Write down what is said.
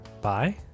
bye